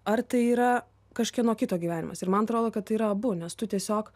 ar tai yra kažkieno kito gyvenimas ir man atrodo kad tai yra abu nes tu tiesiog